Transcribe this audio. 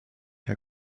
herr